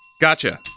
Gotcha